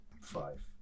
five